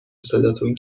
صداتون